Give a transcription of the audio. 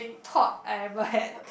thought I ever had